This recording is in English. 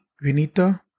Vinita